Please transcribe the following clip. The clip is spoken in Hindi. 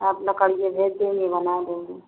आप लकड़िए भेज देंगी बना देंगे